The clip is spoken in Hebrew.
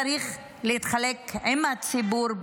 צריך להתחלק בו עם הציבור,